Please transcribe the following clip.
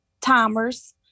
timers